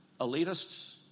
elitists